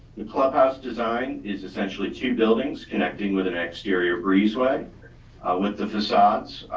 the clubhouse design is essentially two buildings connecting with an exterior breezeway with the facades